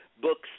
Books